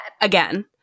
again